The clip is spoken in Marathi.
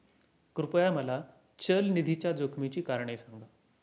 कृपया मला चल निधीच्या जोखमीची कारणे सांगा